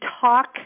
talk